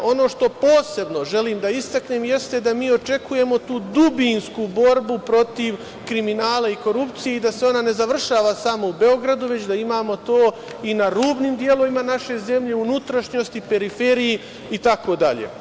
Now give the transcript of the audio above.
Ono što posebno želim da istaknem, jeste da mi očekujemo tu dubinsku borbu protiv kriminala i korupcije i da se ona ne završava samo u Beogradu, već da imamo to i na rubnim delovima naše zemlje, u unutrašnjosti, periferiji itd.